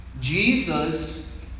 Jesus